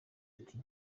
ati